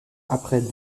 après